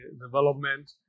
development